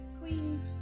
queen